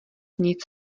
nic